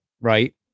right